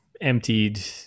emptied